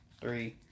three